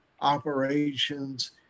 operations